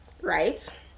right